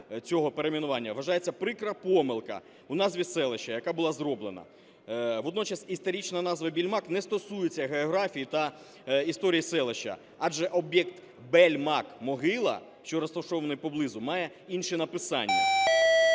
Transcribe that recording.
цього перейменування вважається прикра помилка в назві селища, яка була зроблена. Водночас історична назва "Більмак" не стосується географії та історії селища, адже об'єкт "Бельмак-Могила", що розташований поблизу, має інше написання,